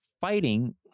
fighting